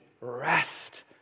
rest